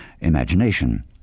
imagination